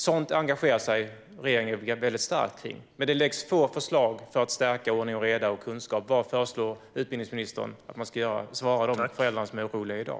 Sådant engagerar sig regeringen starkt för, men det läggs fram få förslag för att stärka ordning, reda och kunskap. Vad föreslår utbildningsministern att man ska göra? Vad svarar han de föräldrar som är oroliga i dag?